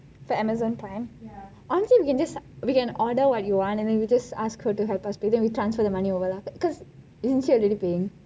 for amazon prime I am sure can just we can order what you want and then we just ask her to help us pay then we transfer the money over lah because isn't she already paying